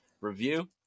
Review